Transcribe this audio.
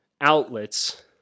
outlets